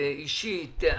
אישית,